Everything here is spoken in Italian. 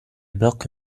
blocco